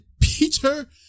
Peter